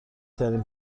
ترین